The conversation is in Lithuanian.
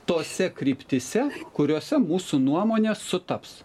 tose kryptyse kuriose mūsų nuomonės sutaps